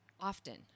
often